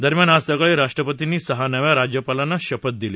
दरम्यान आज सकाळी राष्ट्रपर्तींनी सहा नव्या राज्यपालांना शपथ दिली